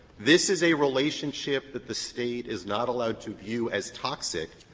this is a relationship that the state is not allowed to view as toxic,